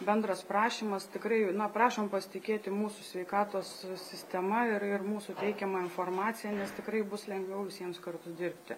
bendras prašymas tikrai na prašom pasitikėti mūsų sveikatos sistema ir ir mūsų teikiama informacija nes tikrai bus lengviau visiems kartu dirbti